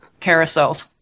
Carousels